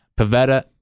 Pavetta